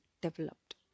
developed